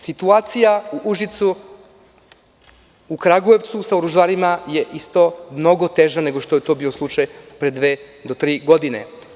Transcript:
Situacija u Užicu, u Kragujevcu sa oružarima je isto mnogo teža, nego što je to bio slučaj pre 2-3 godine.